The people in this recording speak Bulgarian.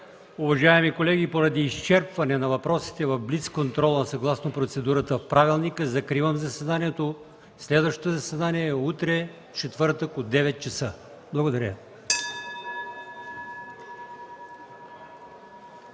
Уважаеми колеги, поради изчерпване на въпросите в блиц контрола, съгласно процедурата в правилника, закривам заседанието. Следващото заседание е утре, четвъртък, 9,00 ч.